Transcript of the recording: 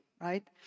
right